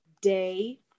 day